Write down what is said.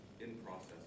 in-process